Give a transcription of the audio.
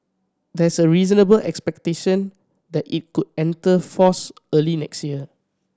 there's a reasonable expectation that it could enter force early next year